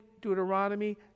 Deuteronomy